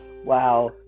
wow